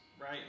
right